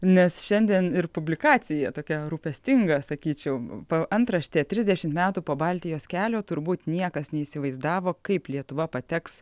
nes šiandien ir publikacija tokia rūpestinga sakyčiau po antrašte trisdešim metų po baltijos kelio turbūt niekas neįsivaizdavo kaip lietuva pateks